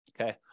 Okay